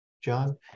John